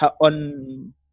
on